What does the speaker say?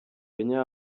kenya